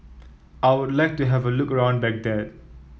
I would like to have a look ground Baghdad